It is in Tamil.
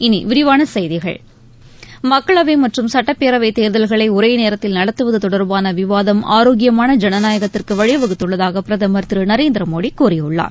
இனி விரிவான செய்திகள் மக்களவை மற்றும் சட்டப்பேரவை தேர்தல்களை ஒரே நேரத்தில் நடத்துவது தொடர்பான விவாதம் ஆரோக்கியமான ஜனநாயகத்திற்கு வழிவகுத்துள்ளதாக பிரதமர் திரு நரேந்திரமோடி கூறியுள்ளார்